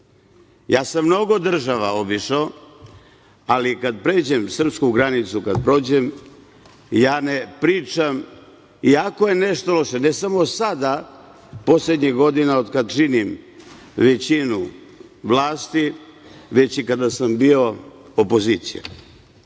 Ja sam mnogo država obišao, ali kad pređem srpsku granicu, kad prođem, ja ne pričam, iako je nešto loše, ne samo sada, poslednjih godina, otkad činim većinu vlasti, već i kada sam bio opozicija. Znate